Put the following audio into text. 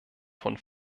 von